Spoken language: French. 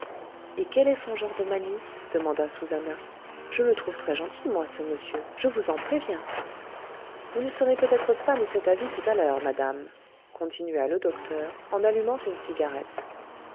et quel est son genre de manie demanda susannah je le trouve très gentil moi ce monsieur je vous en préviens vous ne serez peut-être pas de cet avis tout à l'heure madame continua le docteur en allumant une cigarette